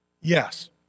Yes